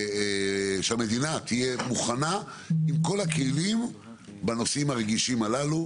שהמדינה תהיה מוכנה עם כול הכלים בנושאים הרגישים הללו,